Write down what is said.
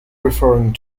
referring